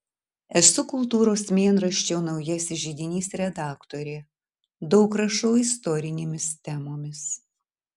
esu kultūros mėnraščio naujasis židinys redaktorė daug rašau istorinėmis temomis